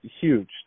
Huge